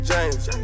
James